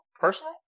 personal